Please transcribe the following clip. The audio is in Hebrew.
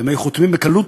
והם היו חותמים בקלות,